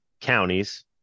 counties